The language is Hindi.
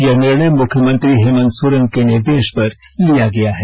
यह निर्णय मुख्यमंत्री हेमंत सोरेन के निर्देश पर लिया गया है